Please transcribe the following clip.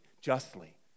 justly